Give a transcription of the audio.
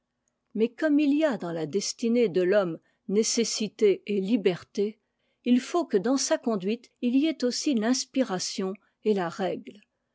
mais comme il y a dans la destinée de l'homme nécessité et liberté il faut que dans sa conduite il y ait aussi l'inspiration et la règle